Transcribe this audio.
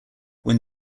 when